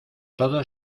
todo